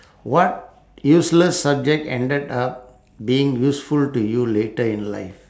what useless subject ended up being useful to you later in life